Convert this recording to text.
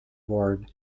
worn